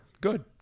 Good